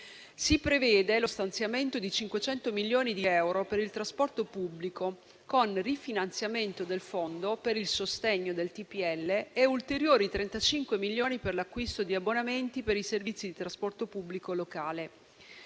Si prevede lo stanziamento di 500 milioni di euro per il trasporto pubblico con rifinanziamento del fondo per il sostegno del TPL e ulteriori 35 milioni per l'acquisto di abbonamenti per i servizi di trasporto pubblico locale.